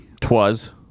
Twas